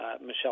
Michelle